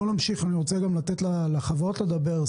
בואו נמשיך, אני רוצה לתת לחברות לדבר.